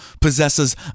possesses